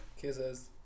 kisses